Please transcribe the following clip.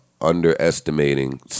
underestimating